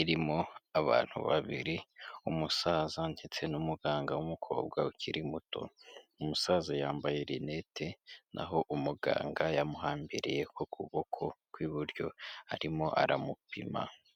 irimo abantu babiri, umu umusaza ndetse n'umuganga w'umukobwa ukiri muto, umusaza yambaye rinete, naho umuganga yamuhambiriye ku kuboko kw'iburyo arimo aramupima.